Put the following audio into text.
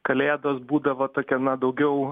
kalėdos būdavo tokia na daugiau